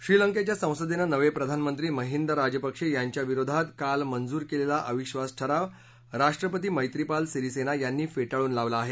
श्रीलंकेच्या संसदेन नवे प्रधानमंत्री महिंदा राजपक्षे यांच्या विरोधात काल मंजूर केलेला अविधास ठराव राष्ट्रपती मैत्रिपाल सिरीसेना यांनी फेटाळून लावला आहे